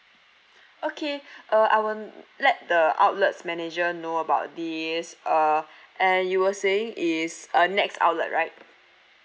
okay uh I will let the outlet's manager know about this uh and you were saying is uh nex outlet right